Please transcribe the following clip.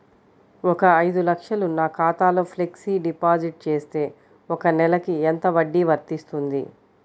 ఒక ఐదు లక్షలు నా ఖాతాలో ఫ్లెక్సీ డిపాజిట్ చేస్తే ఒక నెలకి ఎంత వడ్డీ వర్తిస్తుంది?